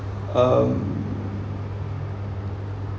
um